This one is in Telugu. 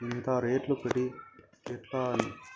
ఇంత రేట్లు పెరిగి ఎట్లా